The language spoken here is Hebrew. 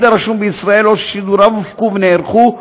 הרשום בישראל או ששידוריו הופקו ונערכו,